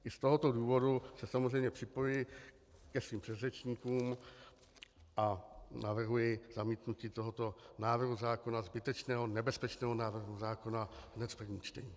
I z tohoto důvodu se samozřejmě připojuji ke svým předřečníkům a navrhuji zamítnutí tohoto návrhu zákona, zbytečného, nebezpečného návrhu zákona, hned v prvním čtení.